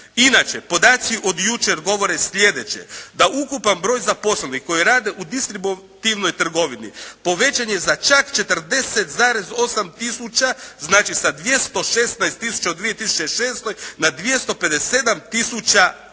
Inače podaci od jučer govore sljedeće, da ukupan broj zaposlenih koji rade u distributivnoj trgovini povećan je za čak 40,8 tisuća, znači sa 216 tisuća u 2006. na 257 tisuća